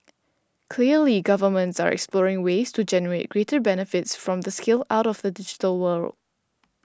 clearly governments are exploring ways to generate greater benefits from the scale out of the digital world